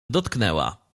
dotknęła